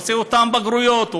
הוא עושה אותן בגרויות,